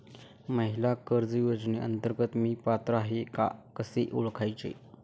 महिला कर्ज योजनेअंतर्गत मी पात्र आहे का कसे ओळखायचे?